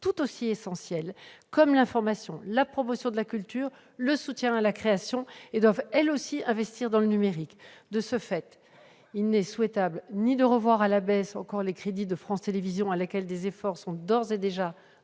tout aussi essentielles, comme l'information, la promotion de la culture et le soutien à la création. Elles doivent elles aussi investir dans le numérique. De ce fait, il n'est souhaitable ni de revoir encore à la baisse les crédits de France Télévisions, à laquelle des efforts sont d'ores et déjà demandés,